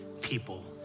people